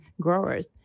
Growers